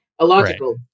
Illogical